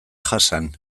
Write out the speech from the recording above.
jasan